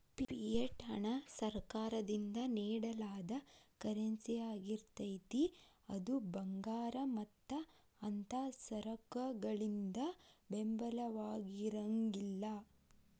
fiat ಹಣ ಸರ್ಕಾರದಿಂದ ನೇಡಲಾದ ಕರೆನ್ಸಿಯಾಗಿರ್ತೇತಿ ಅದು ಭಂಗಾರ ಮತ್ತ ಅಂಥಾ ಸರಕಗಳಿಂದ ಬೆಂಬಲಿತವಾಗಿರಂಗಿಲ್ಲಾ